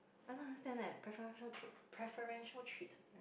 I don't understand eh preferential treat~ preferential treatment